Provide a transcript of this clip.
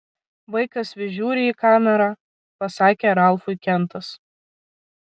vaikas vis žiūri į kamerą pasakė ralfui kentas